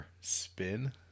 spin